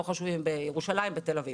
לא חשוב אם זה בירושלים או בתל אביב.